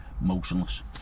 motionless